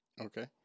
Okay